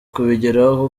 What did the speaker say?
kubigeraho